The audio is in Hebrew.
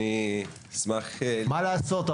אשמח --- מה לעשות,